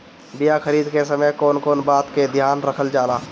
बीया खरीदे के समय कौन कौन बात के ध्यान रखल जाला?